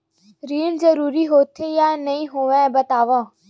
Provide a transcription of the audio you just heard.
ऋण जरूरी होथे या नहीं होवाए बतावव?